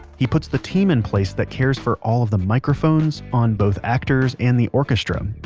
he puts the team in place that cares for all of the microphones, on both actors and the orchestra,